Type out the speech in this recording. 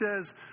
says